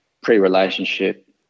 pre-relationship